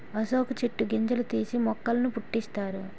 అశోక చెట్టు గింజలు తీసి మొక్కల పుట్టిస్తారు